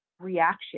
reaction